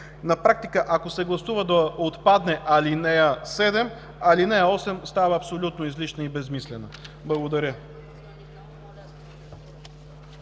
На практика, ако се гласува да отпадне ал. 7, ал. 8 става абсолютно излишна и безсмислена. Благодаря.